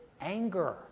anger